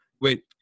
wait